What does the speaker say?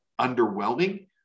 underwhelming